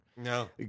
No